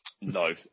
No